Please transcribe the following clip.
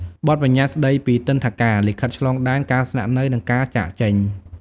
បទប្បញ្ញត្តិស្តីពីទិដ្ឋាការ លិខិតឆ្លងដែន ការស្នាក់នៅ និងការចាកចេញ។